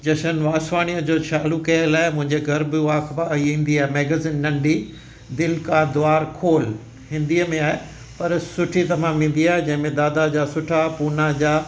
जशन वासवानीअ जो चालू कयलु आहे मुंहिंजे घर बि उहा अख़बार ईंदी आहे मेगज़िन नंढी दिलि का द्वार खोल हिंदीअ में आहे पर सुठी तमामु ईंदी आहे जंहिंमें दादा जा सुठा पूना जा